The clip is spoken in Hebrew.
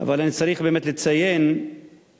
אבל אני צריך באמת לציין שמעולם,